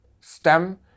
STEM